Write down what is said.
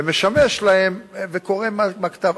ומשמש להם, וקורא מהכתב.